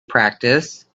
practice